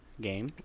Game